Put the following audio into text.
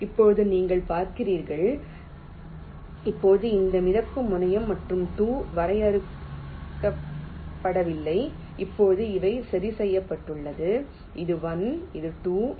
இப்போது நீங்கள் பார்க்கிறீர்கள் இப்போது இந்த மிதக்கும் முனையம் மற்றும் 2 வரையறுக்கப்படவில்லை இப்போது இவை சரி செய்யப்பட்டுள்ளன இது 1 இது 2